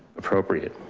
appropriate,